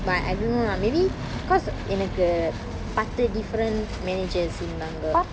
but I don't know lah maybe cause எனக்கு பத்து:enakku pathu different managers இருந்தாங்க:irunthaanga